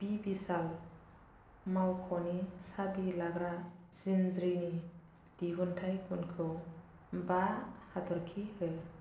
बि विशाल मावख'नि साबि लाग्रा जिन्ज्रिनि दिहुनथाइ गुनखौ बा हाथरखि हो